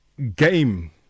game